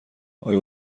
آیا